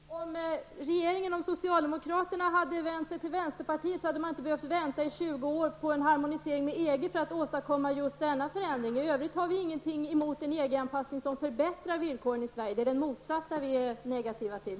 Herr talman! Om regeringen och socialdemokraterna hade vänt sig till vänsterpartiet hade det inte varit nödvändigt att vänta i 20 år på en harmonisering med EG för att kunna åstadkomma just denna förändring. I övrigt har vi ingenting emot en EG-anpassning som innebär att villkoren i Sverige förbättras. Det är motsatsen som vi är negativa till.